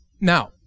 Now